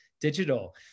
digital